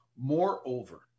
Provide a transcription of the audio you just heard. moreover